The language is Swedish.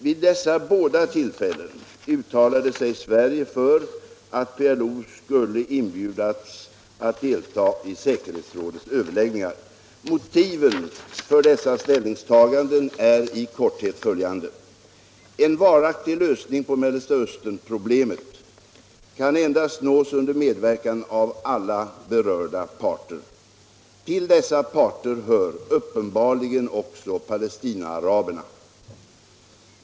Vid dessa båda tillfällen uttalade sig Sverige för att PLO skulle inbjudas att delta i säkerhetsrådets överläggningar. Motiven för dessa ställningstaganden är i korthet följande. En varaktig lösning på Mellersta Östern-problemet kan endast nås under medverkan av alla berörda parter. Till dessa parter hör uppenbarligen också palestinaaraberna.